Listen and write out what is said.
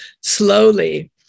slowly